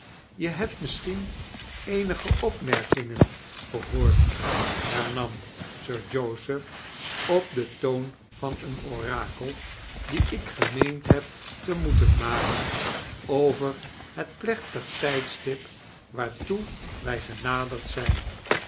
je hebt misschien eenige opmerkingen gehoord hernam sir joseph op den toon van een orakel die ik gemeend heb te moeten maken over het plechtig tijdstip waartoe wij genaderd zijn